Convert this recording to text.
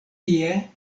tie